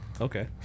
okay